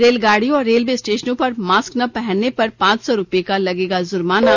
रेलगाड़ियों और रेलवे स्टेशनों पर मास्क न पहनने पर पांच सौ रूपये का लगेगा जुर्माना